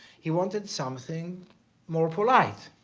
he wanted something more polite,